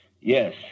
Yes